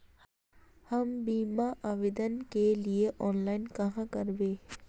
हम बीमा आवेदान के लिए ऑनलाइन कहाँ करबे?